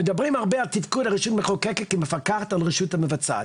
מדברים הרבה על תפקוד הרשות המחוקקת כמפקחת על הרשות המבצעת.